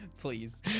Please